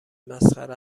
مسخره